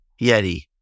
Yeti